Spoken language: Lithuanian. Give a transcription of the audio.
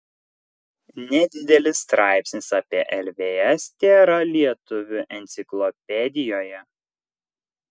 nedidelis straipsnis apie lvs tėra lietuvių enciklopedijoje